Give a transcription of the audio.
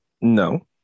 No